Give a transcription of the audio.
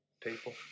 people